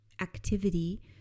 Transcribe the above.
activity